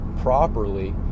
properly